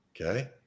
Okay